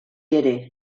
ere